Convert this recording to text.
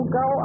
go